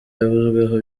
yavuzweho